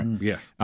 Yes